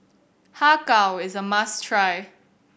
Har Kow is a must try